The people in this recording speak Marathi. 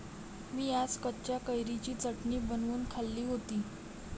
मी आज कच्च्या कैरीची चटणी बनवून खाल्ली होती